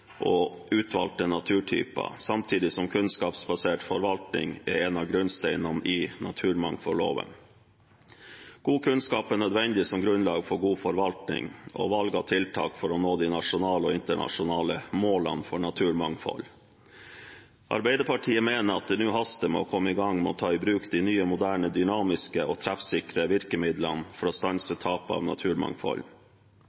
og utvalgte naturtyper, samtidig som kunnskapsbasert forvaltning er en av grunnsteinene i naturmangfoldloven. God kunnskap er nødvendig som grunnlag for god forvaltning og for valg av tiltak for å nå de nasjonale og internasjonale målene for naturmangfold. Arbeiderpartiet mener det nå haster med å komme i gang og ta i bruk de nye, moderne, dynamiske og treffsikre virkemidlene for å stanse